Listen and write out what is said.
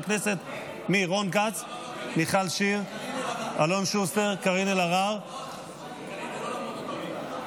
אדוני היו"ר, קארין בעד.